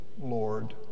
Lord